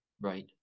Right